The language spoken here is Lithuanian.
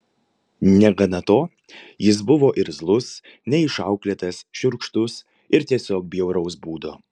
negana to jis buvo irzlus neišauklėtas šiurkštus ir tiesiog bjauraus būdo